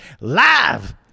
live